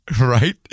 right